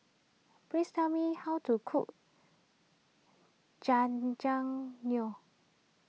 please tell me how to cook Jajangmyeon